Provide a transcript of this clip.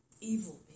evil